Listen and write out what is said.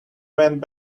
went